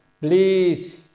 Please